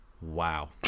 Wow